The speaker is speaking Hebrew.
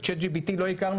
את צ'ט GPT לא הכרנו,